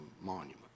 monument